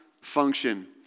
function